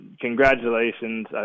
congratulations